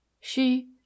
She—